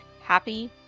happy